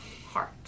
heart